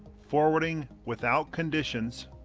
forwarding without conditions